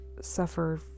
suffer